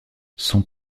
son